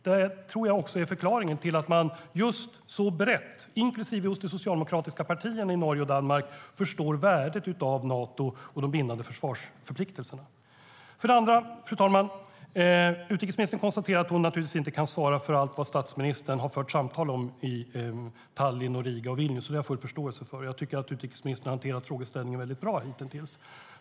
Det tror jag också är förklaringen till att man just så brett, inklusive hos de socialdemokratiska partierna i Norge och Danmark, förstår värdet av Nato och de bindande försvarsförpliktelserna. Utrikesministern konstaterar att hon naturligtvis inte kan svara för allt vad statsministern har fört samtal om i Tallinn, Riga och Vilnius. Det har jag full förståelse för, och jag tycker att utrikesministern har hanterat frågeställningen väldigt bra hittills.